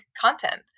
content